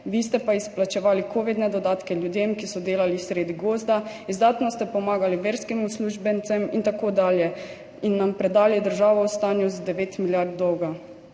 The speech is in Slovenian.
Vi ste pa izplačevali covidne dodatke ljudem, ki so delali sredi gozda, izdatno ste pomagali verskim uslužbencem in tako dalje in nam predali državo v stanju z devet milijard dolga.